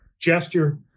gesture